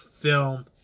film